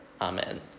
Amen